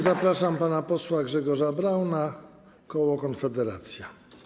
Zapraszam pana posła Grzegorza Brauna, koło Konfederacja.